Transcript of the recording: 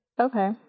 okay